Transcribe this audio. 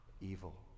evil